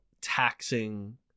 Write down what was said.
taxing